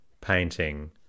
painting